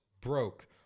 broke